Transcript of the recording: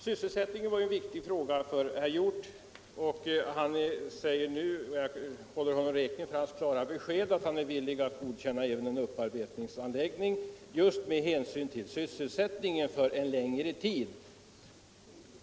Sysselsättningen var en viktig fråga för herr Hjorth, och jag håller honom räkning för hans klara besked att han är villig att godkänna även en upparbetningsanläggning med hänsyn till sysselsättningen för en längre tid framöver.